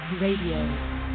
Radio